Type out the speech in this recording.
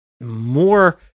more